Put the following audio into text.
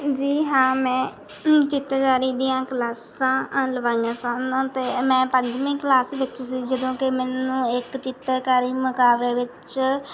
ਜੀ ਹਾਂ ਮੈਂ ਚਿੱਤਰਕਾਰੀ ਦੀਆਂ ਕਲਾਸਾਂ ਲਵਾਈਆਂ ਸਨ ਅਤੇ ਮੈਂ ਪੰਜਵੀਂ ਕਲਾਸ ਵਿੱਚ ਸੀ ਜਦੋਂ ਕਿ ਮੈਨੂੰ ਇੱਕ ਚਿੱਤਰਕਾਰੀ ਮੁਕਾਬਲੇ ਵਿੱਚ